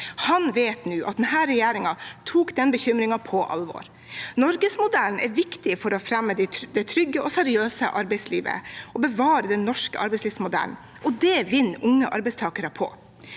Han vet nå at denne regjeringen tok den bekymringen på alvor. Norgesmodellen er viktig for å fremme det trygge og seriøse arbeidslivet og bevare den norske arbeidslivsmodellen. Det vinner unge arbeidstakere på.